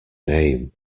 name